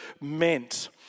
meant